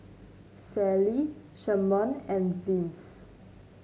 Sallie Sherman and Vince